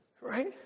Right